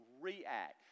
react